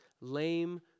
lame